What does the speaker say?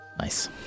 Nice